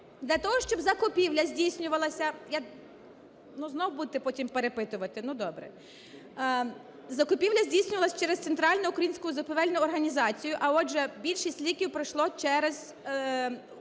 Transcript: ну добре), закупівля здійснювалась через Централізовану українську закупівельну організацію, а отже, більшість ліків пройшло через